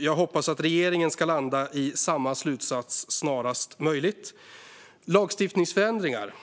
Jag hoppas att regeringen snarast möjligt ska landa i samma slutsats. Lagstiftningsförändringar,